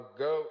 go